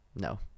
No